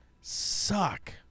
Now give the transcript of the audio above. suck